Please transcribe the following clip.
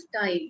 time